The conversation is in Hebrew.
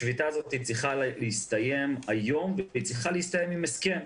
השביתה האת צריכה להסתיים היום והיא צריכה להסתיים עם הסכם.